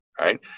right